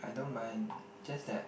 I don't mind just that